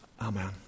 Amen